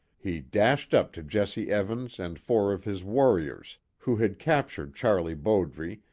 he dashed up to jesse evans and four of his warriors, who had captured charlie bowdre,